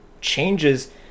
changes